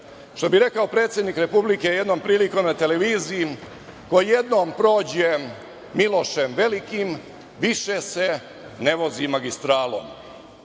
Što bi rekao predsednik Republike jednom prilikom na televiziji – ko jednom prođe „Milošem Velikim“, više se ne vozi magistralom.